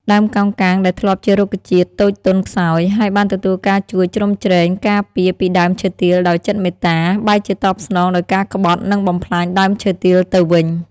ដើមកោងកាងដែលធ្លាប់ជារុក្ខជាតិតូចទន់ខ្សោយ ហើយបានទទួលការជួយជ្រោមជ្រែង ការពារពីដើមឈើទាលដោយចិត្តមេត្តា បែរជាតបស្នងដោយការក្បត់និងបំផ្លាញដើមឈើទាលទៅវិញ។